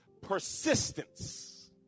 persistence